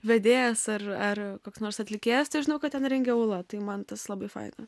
vedėjas ar ar koks nors atlikėjas tai žinau kad ten rengia ūla tai man tas labai faina